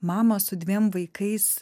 mamą su dviem vaikais